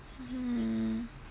hmm